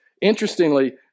Interestingly